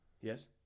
Yes